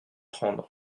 prendre